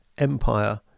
Empire